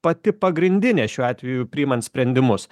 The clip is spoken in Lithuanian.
pati pagrindinė šiuo atveju priimant sprendimus